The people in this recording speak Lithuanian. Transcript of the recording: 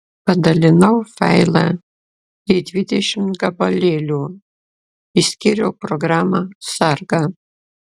padalinau failą į dvidešimt gabalėlių išskyriau programą sargą